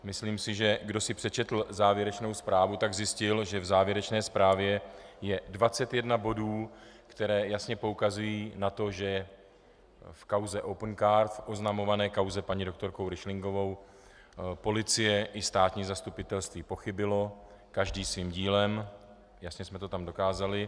Myslím si, že kdo si přečetl závěrečnou zprávu, zjistil, že v závěrečné zprávě je 21 bodů, které jasně poukazují na to, že v kauze Opencard, oznamované kauze paní doktorkou Ryšlinkovou, policie i státní zastupitelství pochybily každý svým dílem, jasně jsme to tam dokázali.